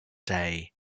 day